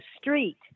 street